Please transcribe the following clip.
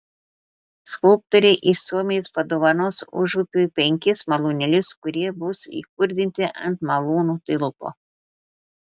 skulptorė iš suomijos padovanos užupiui penkis malūnėlius kurie bus įkurdinti ant malūnų tilto